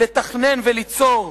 "לתכנן וליצור.